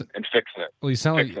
and and fix them well, you sound, yeah